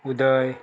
उदय